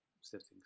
settings